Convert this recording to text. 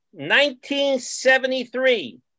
1973